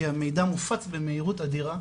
כי המידע מופץ במהירות אדירה,